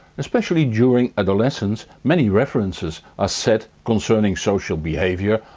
especially during adolescence many references are set concerning social behaviour,